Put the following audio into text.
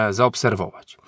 zaobserwować